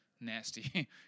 nasty